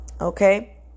Okay